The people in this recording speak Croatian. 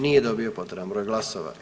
Nije dobio potreban broj glasova.